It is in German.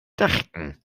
dachten